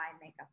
makeup